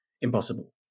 impossible